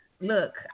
look